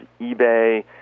eBay